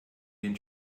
den